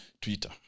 Twitter